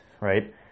right